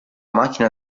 macchina